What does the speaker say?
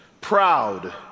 proud